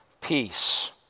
peace